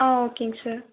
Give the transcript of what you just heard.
ஆ ஓகேங்க சார்